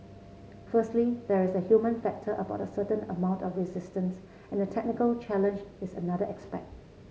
firstly there is a human factor about a certain amount of resistance and the technical challenge is another aspect